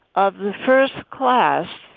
of the first class.